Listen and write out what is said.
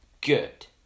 good